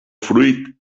fruit